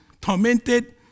tormented